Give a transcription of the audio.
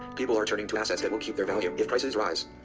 people are turning to assets it will keep their value. if prices rise.